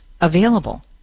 available